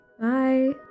Bye